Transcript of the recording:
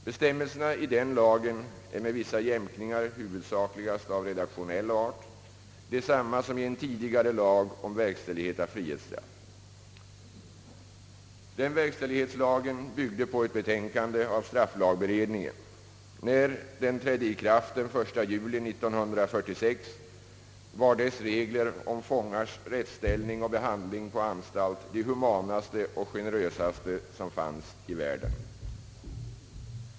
Bestämmelserna i denna lag är med vissa jämkningar, huvudsakligast av redaktionell art, desamma som i en tidigare lag om verkställighet av frihetsstraff. Denna verkställighetslag byggde på ett betänkande av strafflagberedningen. När verkställighetslagen trädde i kraft den 1 juli 1946, var dess regler om fångars rättsställning och behandling på anstalt de humanaste och generösaste som fanns i världen.